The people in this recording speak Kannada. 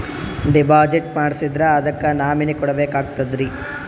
ಡಿಪಾಜಿಟ್ ಮಾಡ್ಸಿದ್ರ ಅದಕ್ಕ ನಾಮಿನಿ ಕೊಡಬೇಕಾಗ್ತದ್ರಿ?